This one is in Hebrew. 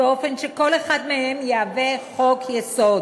באופן שכל אחד מהם יהווה חוק-יסוד.